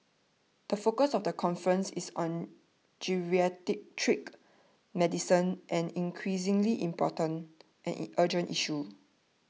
the focus of the conference is on geriatric medicine an increasingly important and urgent issue